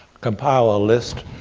compile a list,